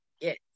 Yes